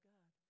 God